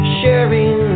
sharing